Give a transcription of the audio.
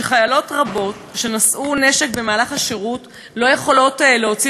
שחיילות רבות שנשאו נשק במהלך השירות לא יכולות להוציא